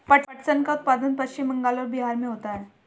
पटसन का उत्पादन पश्चिम बंगाल और बिहार में होता है